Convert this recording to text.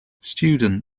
student